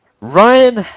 Ryan